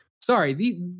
Sorry